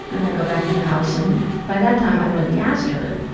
and i go back to the house, and by that time i'd already asked her, you